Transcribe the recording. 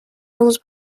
films